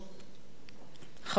חברי היקר לי, רובי,